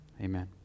Amen